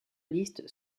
liste